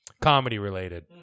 Comedy-related